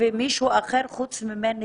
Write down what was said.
חוץ ממני, מישהו אחר צועק.